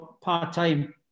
part-time